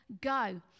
go